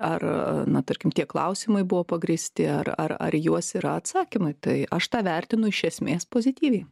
ar na tarkim tie klausimai buvo pagrįsti ar ar į juos yra atsakymai tai aš tą vertinu iš esmės pozityviai